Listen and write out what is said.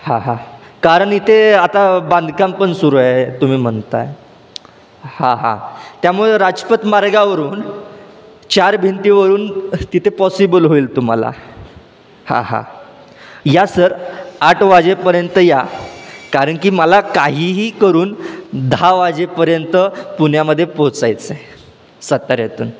हां हां कारण इथे आता बांधकाम पण सुरू आहे तुम्ही म्हणताय हां हां त्यामुळे राजपथ मार्गावरून चार भिंतीवरून तिथे पॉसिबल होईल तुम्हाला हां हां या सर आठ वाजेपर्यंत या कारण की मला काहीही करून दहा वाजेपर्यंत पुण्यामध्ये पोचायचं आहे साताऱ्यातून